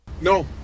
No